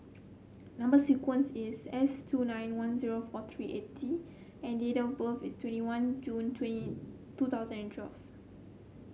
number sequence is S two nine one zero four three eight T and date of birth is twenty one June twenty two thousand and twelve